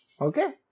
Okay